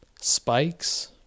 spikes